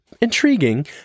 intriguing